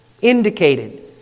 indicated